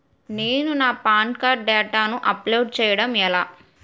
నేను నా PAN card డేటాను అప్లోడ్ చేయడం ఎలా?